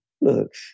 Look